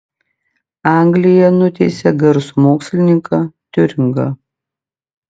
anglija nuteisė garsų mokslininką tiuringą